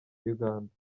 uganda